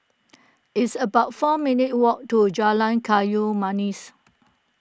it's about four minutes' walk to Jalan Kayu Manis